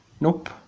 Nope